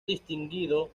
distinguido